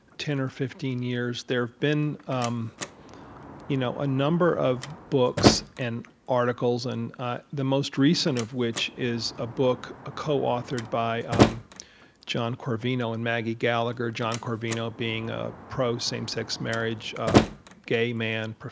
ten or fifteen years, there have been um you know a number of books and articles, and ah the most recent of which is a book ah co-authored by um john corvino and maggie gallagher john corvino being a pro same-sex marriage gay man,